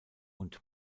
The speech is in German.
und